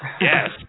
Yes